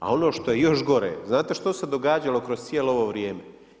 A ono što je još gore, znate što se događalo kroz cijelo ovo vrijeme?